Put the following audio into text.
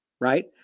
right